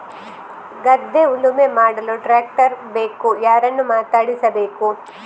ಗದ್ಧೆ ಉಳುಮೆ ಮಾಡಲು ಟ್ರ್ಯಾಕ್ಟರ್ ಬೇಕು ಯಾರನ್ನು ಮಾತಾಡಿಸಬೇಕು?